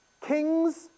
kings